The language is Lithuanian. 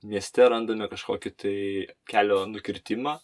mieste randame kažkokį tai kelio nukirtimą